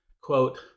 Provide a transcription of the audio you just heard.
quote